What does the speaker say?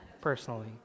personally